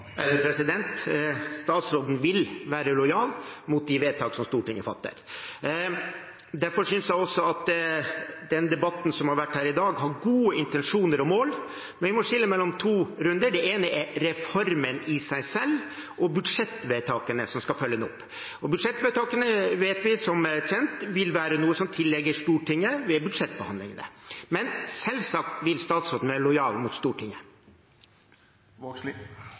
Statsråden vil være lojal mot de vedtakene som Stortinget fatter. Derfor synes jeg også at den debatten som har vært her i dag, har gode intensjoner og mål, men vi må skille mellom to runder: Det ene er reformen i seg selv, og det andre er budsjettvedtakene som skal følge den opp. Budsjettvedtak vet vi er noe som tilligger Stortinget å fatte ved budsjettbehandlingene. Men selvsagt vil statsråden være lojal mot Stortinget.